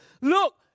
Look